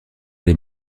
les